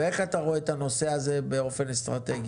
ואיך אתה רואה את הנושא הזה באופן אסטרטגי?